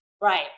Right